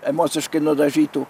emociškai nudažytų